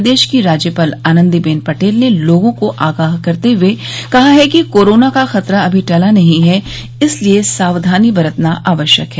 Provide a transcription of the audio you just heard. प्रदेश की राज्यपाल आनंदीबेन पटेल ने लोगों को आगाह करते हए कहा है कि कोरोना का खतरा अभी टला नहीं है इसलिए सावधानी बरतना आवश्यक है